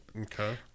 Okay